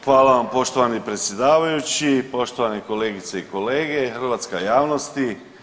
Hvala vam poštovani predsjedavajući, poštovani kolegice i kolege i hrvatska javnosti.